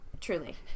truly